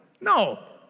No